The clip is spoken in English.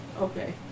Okay